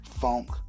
funk